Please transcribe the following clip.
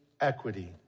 equity